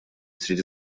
trid